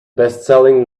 bestselling